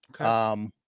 Okay